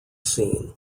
scene